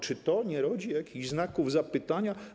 Czy to nie rodzi jakichś znaków zapytania?